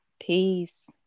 peace